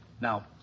Now